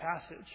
passage